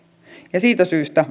ja siitä syystä